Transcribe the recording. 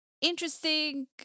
interesting